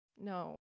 No